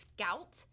Scout